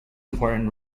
important